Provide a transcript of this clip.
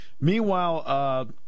Meanwhile